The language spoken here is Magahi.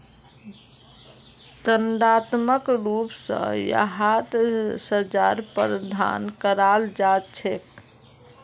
दण्डात्मक रूप स यहात सज़ार प्रावधान कराल जा छेक